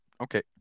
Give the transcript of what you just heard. Okay